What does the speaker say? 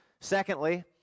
Secondly